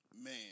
man